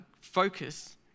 focus